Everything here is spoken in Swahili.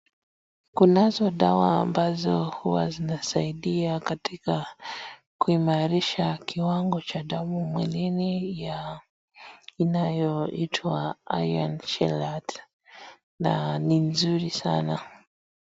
Kunazo dawa ambazo huwa zinasaidia katika kuimarisha kiwango cha damu mwilini ya inayoitwa iron fillet na ni mzuri sana.